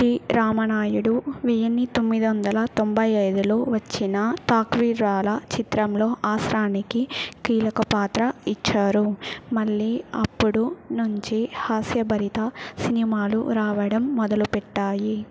D Ramanaidu వెయ్యి తొమ్మిది వందల తొంబై ఐదులో వచ్చిన తక్దీర్వాలా చిత్రంలో అస్రానికి కీలక పాత్ర ఇచ్చారు మళ్ళీ అప్పటి నుంచి హాస్య భరిత సినిమాలు రావడం మొదలుపెట్టాయి